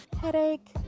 headache